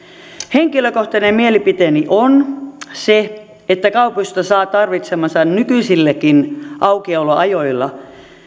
henkilökohtainen mielipiteeni on se että kaupoista saa tarvitsemansa nykyisilläkin aukioloajoilla